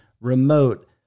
remote